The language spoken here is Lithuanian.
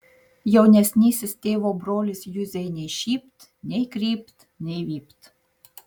jaunesnysis tėvo brolis juzei nei šypt nei krypt nei vypt